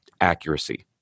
accuracy